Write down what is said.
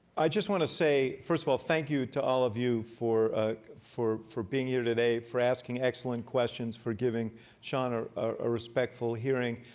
i just want to say, first of all, thank you to all of you for ah for being here today, for asking excellent questions, for giving sean are a respectful hearing.